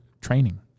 training